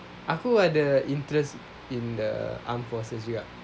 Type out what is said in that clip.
aku ada interest in the armed forces juga